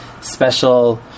special